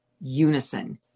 unison